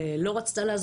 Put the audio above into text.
היא נראתה לה מאוד מפוחדת,